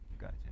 Gotcha